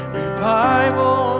revival